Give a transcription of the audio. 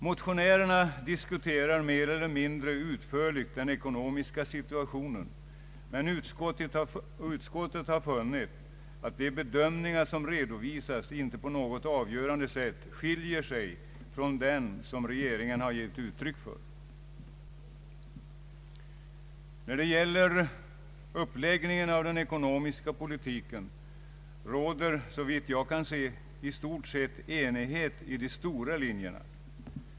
Motionärerna diskuterar mer eller mindre utförligt den ekonomiska situationen, men utskottet har funnit att de bedömningar som redovisas inte på något avgörande sätt skiljer sig från dem som regeringen gett uttryck för. När det gäller uppläggningen av den ekonomiska politiken råder, såvitt jag kan se, enighet om de stora linjerna.